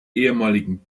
ehemaligen